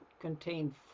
contain